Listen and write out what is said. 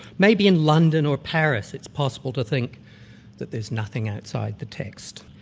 maybe in london or paris it's possible to think that there's nothing outside the text.